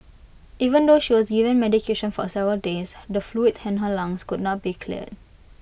even though she was given medication for several days the fluid in her lungs could not be cleared